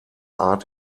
art